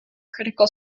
critical